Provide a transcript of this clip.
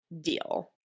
deal